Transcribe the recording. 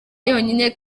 yonyine